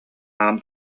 аан